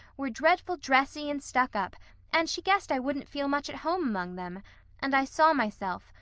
were dreadful dressy and stuck-up and she guessed i wouldn't feel much at home among them and i saw myself,